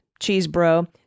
Cheesebro